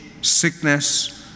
sickness